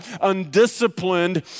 undisciplined